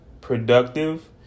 productive